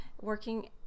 working